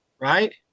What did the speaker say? right